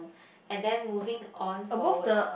and then moving on forward